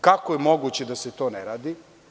Kako je moguće da se to ne radi?